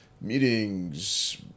meetings